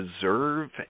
deserve